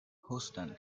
houston